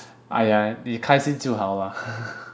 !aiya! I 你开心就好 lah